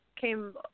came